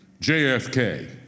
JFK